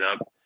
up